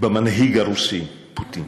במנהיג הרוסי פוטין